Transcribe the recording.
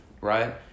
right